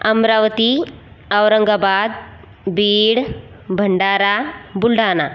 Amravati Aurangabad Beed Bhandara Buldhana